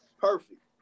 perfect